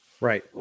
Right